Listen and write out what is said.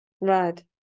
Right